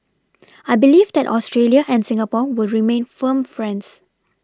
I believe that Australia and Singapore will remain firm friends